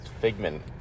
figment